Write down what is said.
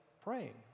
praying